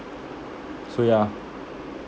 so yeah